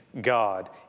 God